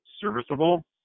serviceable